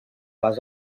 les